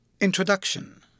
Introduction